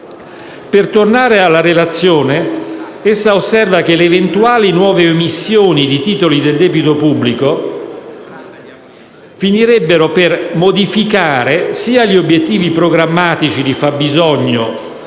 Per tornare alla relazione, essa osserva che eventuali nuove emissioni di titoli del debito pubblico finirebbero per modificare sia gli obiettivi programmatici di fabbisogno